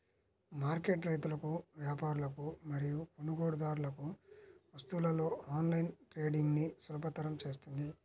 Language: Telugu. మార్కెట్ రైతులకు, వ్యాపారులకు మరియు కొనుగోలుదారులకు వస్తువులలో ఆన్లైన్ ట్రేడింగ్ను సులభతరం చేస్తుంది